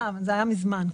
זה היה מזמן.